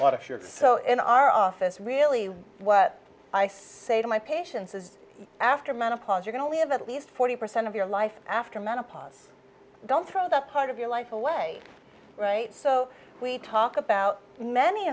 but if you're in our office really what i say to my patients is after menopause you can only have at least forty percent of your life after menopause don't throw that part of your life away right so we talk about many